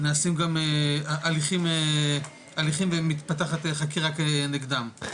נעשים גם הליכים ומתפתחת חקירה כנגדם.